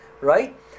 right